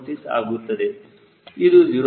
6 ಆಗುತ್ತದೆ ಇದು 0